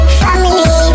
family